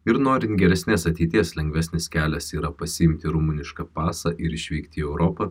ir norint geresnės ateities lengvesnis kelias yra pasiimti rumunišką pasą ir išvykti į europą